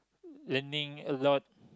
learning a lot